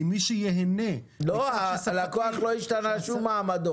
במעמדו של הלקוח לא השתנה שום דבר.